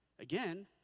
Again